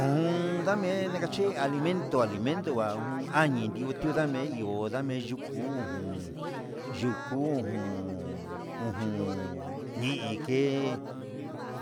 Hon ndame ndikache mento alimeto uun añi ndutu ndame iho ndame yuku ujun yuku ujun, ujun niké